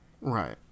Right